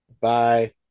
Bye